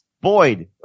Boyd